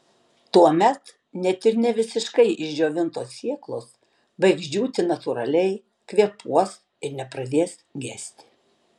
tuomet net ir ne visiškai išdžiovintos sėklos baigs džiūti natūraliai kvėpuos ir nepradės gesti